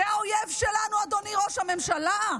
זה האויב שלנו, אדוני ראש הממשלה.